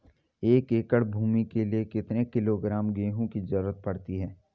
एक एकड़ भूमि के लिए कितने किलोग्राम गेहूँ की जरूरत पड़ती है?